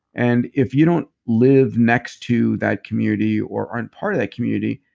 and if you don't live next to that community, or aren't part of that community,